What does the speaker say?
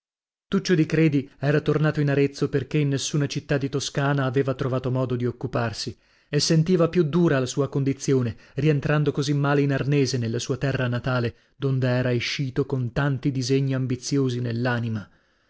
tuccio di credi era tornato in arezzo perchè in nessuna città di toscana aveva trovato modo di occuparsi e sentiva più dura la sua condizione rientrando così male in arnese nella sua terra natale donde era escito con tanti disegni ambiziosi nell'anima